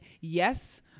yes